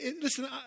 Listen